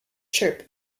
chirp